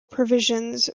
provisions